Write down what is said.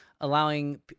allowing